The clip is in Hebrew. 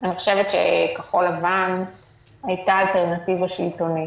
אני חושבת שכחול לבן הייתה אלטרנטיבה שלטונית,